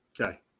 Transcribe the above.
Okay